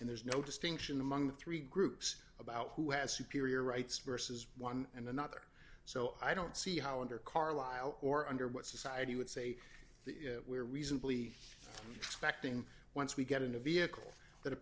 and there's no distinction among the three groups about who has superior rights versus one another so i don't see how under carlisle or under what society would say we're reasonably expecting once we get in a vehicle that a